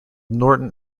norton